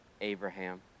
Abraham